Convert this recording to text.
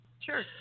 Sure